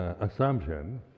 assumption